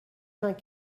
vingt